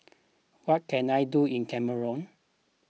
what can I do in Cameroon